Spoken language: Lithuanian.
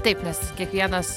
taip nes kiekvienas